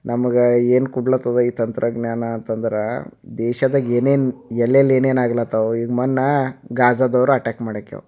ನಮಗೆ ಏನು ಕೊಡ್ಲತ್ತದ ಈ ತಂತ್ರಜ್ಞಾನ ಅಂತಂದ್ರೆ ದೇಶದಾಗ ಏನೇನು ಎಲ್ಲೆಲ್ಲಿ ಏನೇನು ಆಗ್ಲತ್ತವ ಈಗ ಮೊನ್ನೆ ಗಾಝದೋರು ಅಟ್ಯಾಕ್ ಮಾಡಾಕ್ಯವ